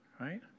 right